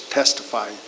testify